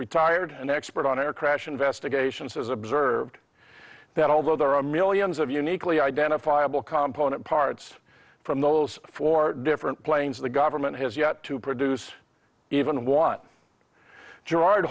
retired and expert on air crash investigations has observed that although there are millions of uniquely identifiable component parts from those four different planes the government has yet to produce even one gerard